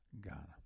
Ghana